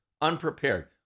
unprepared